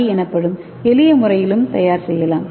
we எனப்படும் எளிய முறையிலும் தயார் செய்யலாம்